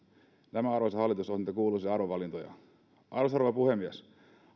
nämä arvoisa hallitus ovat niitä kuuluisia arvovalintoja arvoisa rouva puhemies